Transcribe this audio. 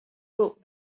book